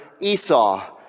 Esau